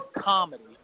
comedy